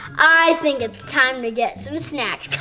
i think it's time to get some snacks.